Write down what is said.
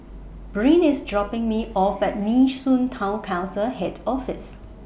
Bryn IS dropping Me off At Nee Soon Town Council Head Office